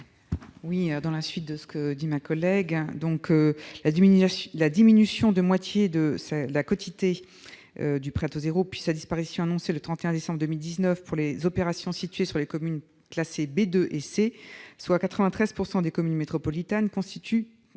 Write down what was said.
présenter l'amendement n° II-85 rectifié. La diminution de moitié de la quotité du prêt à taux zéro, puis sa disparition annoncée au 31 décembre 2019 pour les opérations situées dans les communes classées B2 et C- soit 93 % des communes métropolitaines -constituent